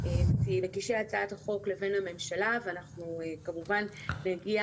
מגישי הצעת החוק לבין הממשלה ואנחנו כמובן נגיע,